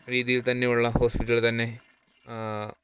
രീതിയിൽ തന്നെയുള്ള ഹോസ്പിറ്റലുകൾ തന്നെ